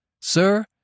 Sir